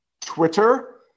Twitter